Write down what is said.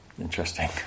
interesting